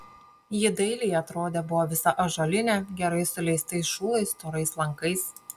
ji dailiai atrodė buvo visa ąžuolinė gerai suleistais šulais storais lankais